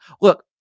look